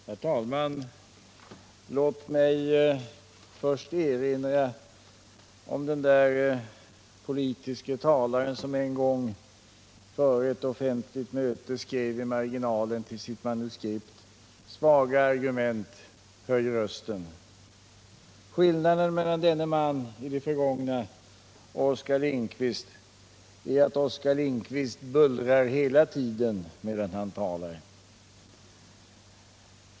Herr talman! Låt mig först erinra om den där politiske talaren som en gång före ett offentligt möte skrev i marginalen till sitt manuskript: 161 Svaga argument, höj rösten! Skillnaden mellan denne man i det förgångna och Oskar Lindkvist är att Oskar Lindkvist bullrar hela tiden medan han talar.